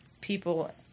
people